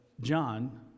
John